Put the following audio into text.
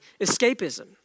escapism